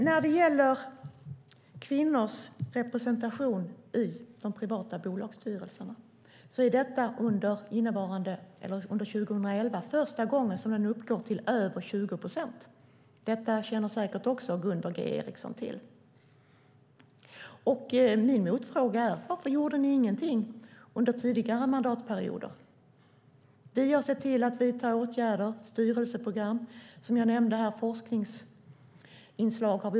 När det gäller kvinnors representation i de privata bolagsstyrelserna var det 2011 första gången som den uppgick till över 20 procent. Detta känner säkert också Gunvor G Ericsson till. Min motfråga är: Varför gjorde ni ingenting under tidigare mandatperioder? Vi har sett till att vidta åtgärder, styrelseprogram som jag nämnde, och forskningsinslag.